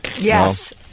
yes